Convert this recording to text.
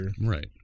Right